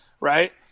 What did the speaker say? right